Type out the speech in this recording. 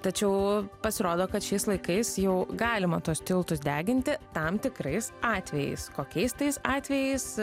tačiau pasirodo kad šiais laikais jau galima tuos tiltus deginti tam tikrais atvejais kokiais tais atvejais